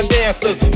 dancers